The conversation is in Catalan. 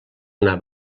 una